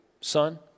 son